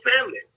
family